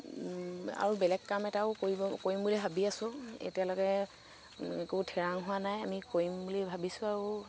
আৰু বেলেগ কাম এটাও কৰিব কৰিম বুলি ভাবি আছো এতিয়ালৈকে একো থিৰাং হোৱা নাই আমি কৰিম বুলি ভাবিছো আৰু